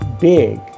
big